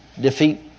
defeat